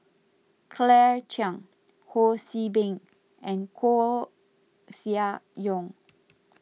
Claire Chiang Ho See Beng and Koeh Sia Yong